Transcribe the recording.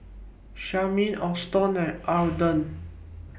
Charmaine Auston and Arden